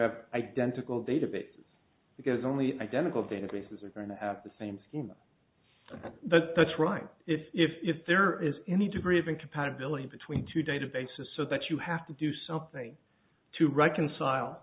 have identical database because only identical databases are going to have the same schema but that's right if there is any degree of incompatibilities between two databases so that you have to do something to reconcile